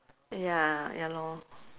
ya ya lor